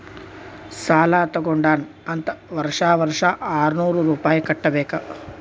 ಸಾಲಾ ತಗೊಂಡಾನ್ ಅಂತ್ ವರ್ಷಾ ವರ್ಷಾ ಆರ್ನೂರ್ ರುಪಾಯಿ ಕಟ್ಟಬೇಕ್